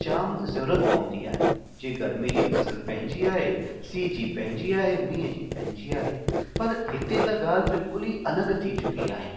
जामु ज़रूरत पवंदी आहे जे गर्मी जी फसल पंहिंजी आहे सीअ जी पंहिंजी आहे मींहं जी पंहिंजी आहे पर हिते त ॻाल्हि बिल्कुल ई अलॻि थी चुकी आहे